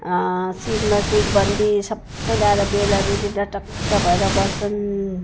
शिरमा शिरबन्दी सबै लगाएर बेहुला बेहुली त टक्क भएर बस्छन्